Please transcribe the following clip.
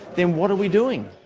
then what are we doing?